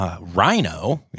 rhino